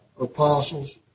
apostles